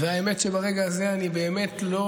והאמת היא שברגע הזה אני באמת לא